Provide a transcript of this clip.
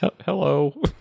Hello